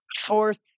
Fourth